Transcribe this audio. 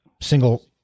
single